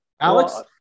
Alex